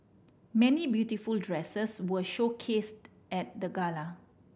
many beautiful dresses were showcased at the gala